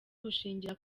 bushingira